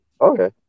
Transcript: Okay